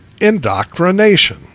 indoctrination